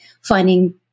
finding